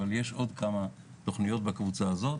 יש עוד כמה תוכניות בקבוצה הזאת.